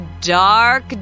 dark